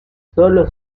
sólo